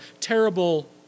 terrible